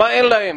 מה אין לה.